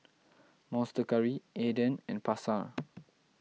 Monster Curry Aden and Pasar